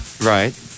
Right